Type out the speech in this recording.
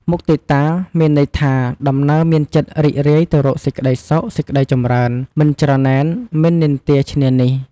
មុទិតា មានន័យថា ដំណើរមានចិត្តរីករាយទៅរកសេចក្តីសុខ សេចក្តីចម្រើន មិនច្រណែន មិននិន្ទាឈ្នានីស។